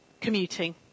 commuting